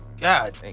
God